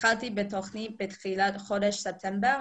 התחלתי בתוכנית בתחילת חודש ספטמבר,